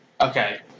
Okay